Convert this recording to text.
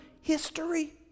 history